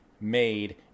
made